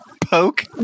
poke